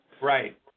Right